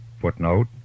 Footnote